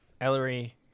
Ellery